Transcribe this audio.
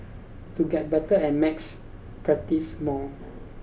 to get better at maths practise more